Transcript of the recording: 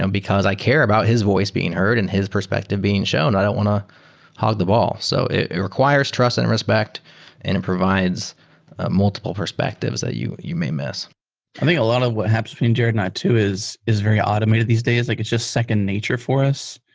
because i care about his voice being heard and his perspective being shown. i don't want to hug the ball. so it it requires trust and respect and it provides multiple perspectives that you you may miss i think a lot of what happens between jerod and i too is is very automated these days. like it's just second nature for us.